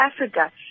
Africa